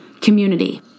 community